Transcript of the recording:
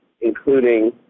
including